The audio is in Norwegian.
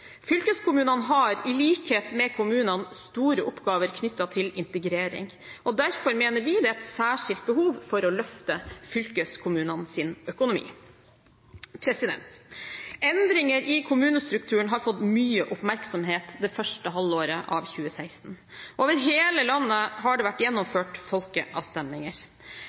Fylkeskommunene har, i likhet med kommunene, store oppgaver knyttet til integrering. Derfor mener vi det er et særskilt behov for å løfte fylkeskommunenes økonomi. Endringer i kommunestrukturen har fått mye oppmerksomhet det første halvåret av 2016. Over hele landet har det vært gjennomført folkeavstemninger.